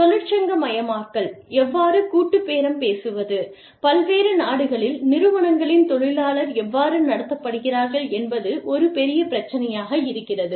தொழிற்சங்க மயமாக்கல் எவ்வாறு கூட்டுப் பேரம் பேசுவது பல்வேறு நாடுகளில் நிறுவனங்களின் தொழிலாளர் எவ்வாறு நடத்தப்படுகிறார்கள் என்பது ஒரு பெரிய பிரச்சினையாக இருக்கிறது